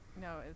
No